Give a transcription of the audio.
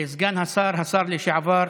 סגן השר, השר לשעבר.